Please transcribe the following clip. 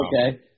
Okay